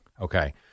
Okay